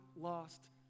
lost